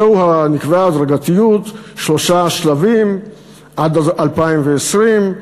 נקבעה הדרגתיות: שלושה שלבים עד 2020,